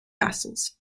vassals